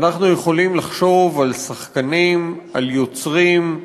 אנחנו יכולים לחשוב על שחקנים, על יוצרים,